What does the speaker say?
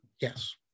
Yes